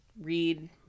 read